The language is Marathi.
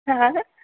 हां